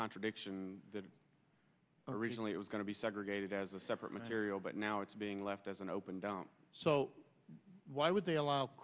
contradiction that originally it was going to be segregated as a separate material but now it's being left as an open down so why would they allow